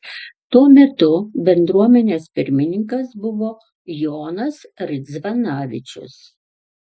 tuo metu bendruomenės pirmininkas buvo jonas ridzvanavičius